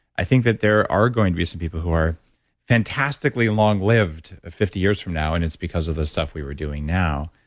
i think that there are going to be some people who are fantastically long-lived fifty from now, and it's because of the stuff we were doing now.